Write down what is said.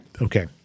Okay